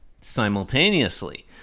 Simultaneously